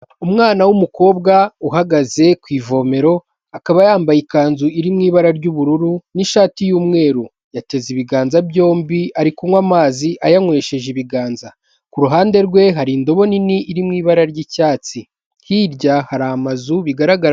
Umwana w'umukobwa uhagaze ku ivomero, akaba yambaye ikanzu iri mu ibara ry'ubururu n'ishati y'umweru, yateze ibiganza byombi ari kunywa amazi ayanywesheje ibiganza ku ruhande rwe hari indobo nini iri mu ibara ry'icyatsi, hirya hari amazu bigaragara.